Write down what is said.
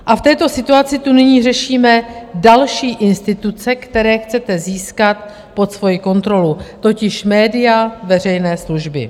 A v této situaci tu nyní řešíme další instituce, které chcete získat pod svoji kontrolu, totiž média veřejné služby.